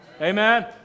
Amen